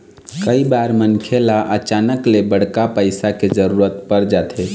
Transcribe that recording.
कइ बार मनखे ल अचानक ले बड़का पइसा के जरूरत पर जाथे